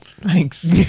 Thanks